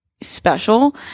special